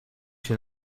się